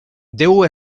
déu